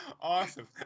Awesome